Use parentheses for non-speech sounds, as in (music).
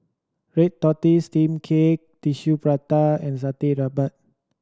red tortoise steamed cake Tissue Prata and satay (unintelligible)